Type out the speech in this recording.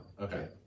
Okay